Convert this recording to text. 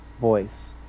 voice